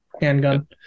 handgun